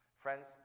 Friends